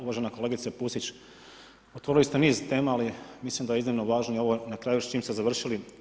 Uvažena kolegice Pusić, otvorili ste niz tema ali mislim da je iznimno važnije ovo na kraju s čim ste završili.